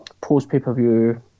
post-pay-per-view